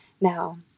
Now